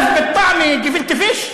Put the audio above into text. לא לצחוק על אשכנזים.